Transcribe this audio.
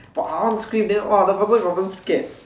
!wah! I want to scream then !wah! the person confirm scared